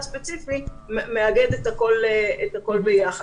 רודפים גם אחרי הנתונים ואחר כך גם אחרי האוכלוסייה.